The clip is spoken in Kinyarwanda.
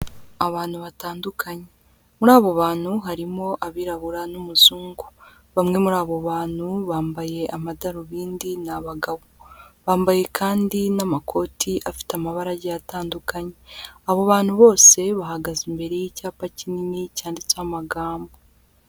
Abantu batandukanye, muri abo bantu harimo abirabura n'umuzungu, bamwe muri abo bantu bambaye amadarubindi, ni abagabo, bambaye kandi n'amakoti afite amabara agiye atandukanye, abo bantu bose bahagaze imbere y'icyapa kinini cyanditseho amagambo.